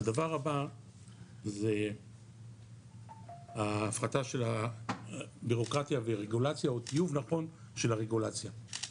הדבר הבא זה ההפחתה של הבירוקרטיה והרגולציה או טיוב נכון של הרגולציה.